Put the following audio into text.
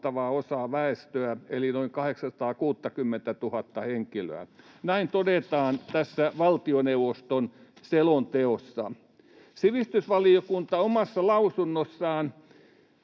osaa väestöä eli noin 860 000:ta henkilöä.” Näin todetaan tässä valtioneuvoston selonteossa. Sivistysvaliokunta omassa lausunnossaan